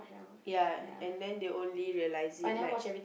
ya and then they only realise it like